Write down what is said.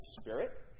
Spirit